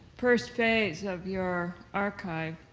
first phase of your archive,